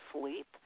sleep